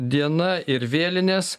diena ir vėlinės